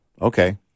okay